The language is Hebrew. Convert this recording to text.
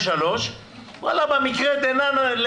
ובמקרה דנן,